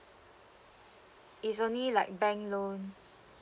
it's only like bank loan